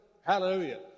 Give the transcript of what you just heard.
Hallelujah